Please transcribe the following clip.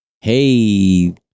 Hey